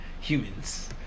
humans